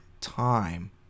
time